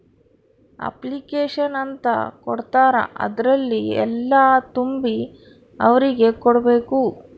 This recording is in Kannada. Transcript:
ಅಪ್ಲಿಕೇಷನ್ ಅಂತ ಕೊಡ್ತಾರ ಅದ್ರಲ್ಲಿ ಎಲ್ಲ ತುಂಬಿ ಅವ್ರಿಗೆ ಕೊಡ್ಬೇಕು